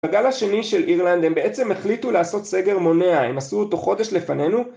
בגל השני של אירלנד הם בעצם החליטו לעשות סגר מונע הם עשו אותו חודש לפנינו